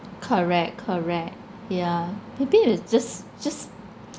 correct correct yeah maybe they just just